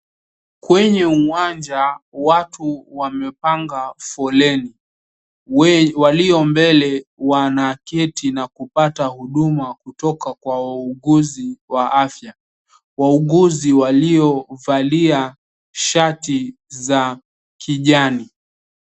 Kwenye uwanja watu wamepanga foleni. 𝑊aliombele wa𝑛𝑎keti na kupata huduma 𝑘𝑢𝑡𝑜𝑘𝑎 𝑘𝑤𝑎 wauguzi wa afya, wauguzi waliovalia shati 𝑧a kijani.